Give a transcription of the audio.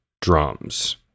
drums